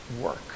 work